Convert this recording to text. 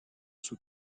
sous